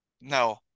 no